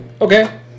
Okay